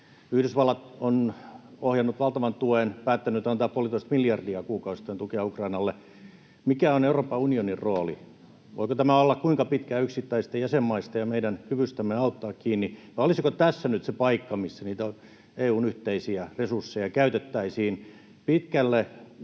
Yhdysvallat on ohjannut valtavan tuen, päättänyt antaa puolitoista miljardia kuukausittain tukea Ukrainalle. Mikä on Euroopan unionin rooli? Voiko tämä olla kuinka pitkään kiinni yksittäisten jäsenmaitten ja meidän kyvystämme auttaa? Vai olisiko tässä nyt se paikka, missä niitä EU:n yhteisiä resursseja käytettäisiin pitkälle